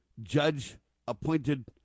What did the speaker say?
judge-appointed